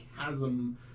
chasm